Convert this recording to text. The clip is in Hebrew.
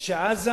שעזה